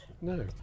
No